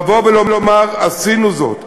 לבוא ולומר: עשינו זאת.